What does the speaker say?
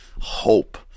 hope